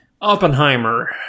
Oppenheimer